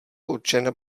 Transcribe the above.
určena